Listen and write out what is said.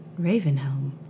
Ravenhelm